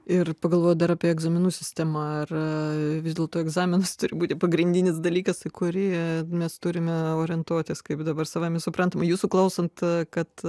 ir pagalvoti apie egzaminų sistema ar vis dėlto egzaminas turi būti pagrindinis dalykas kurį mes turime orientuotis kaip dabar savaime suprantama jūsų klausant kad